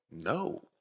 No